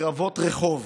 קרבות רחוב